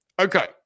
Okay